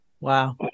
Wow